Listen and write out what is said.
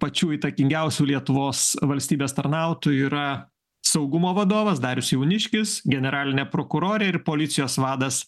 pačių įtakingiausių lietuvos valstybės tarnautojų yra saugumo vadovas darius jauniškis generalinė prokurorė ir policijos vadas